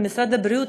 ומשרד הבריאות,